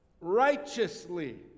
Righteously